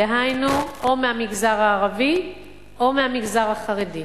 דהיינו או מהמגזר הערבי או מהמגזר החרדי.